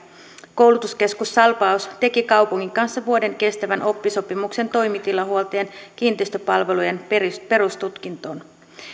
koulutuskeskus salpaus teki kaupungin kanssa vuoden kestävän oppisopimuksen toimitilahuoltojen kiinteistöpalvelujen perustutkintoon